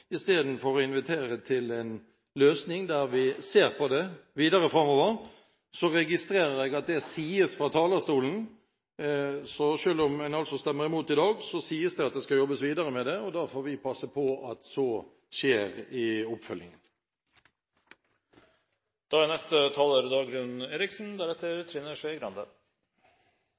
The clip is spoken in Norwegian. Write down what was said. Istedenfor å invitere til en løsning der vi ser på dette videre framover, registrerer jeg at selv om man altså stemmer imot det i dag, sies det fra talerstolen at det skal jobbes videre med det. Da får vi passe på at så skjer i